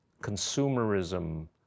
consumerism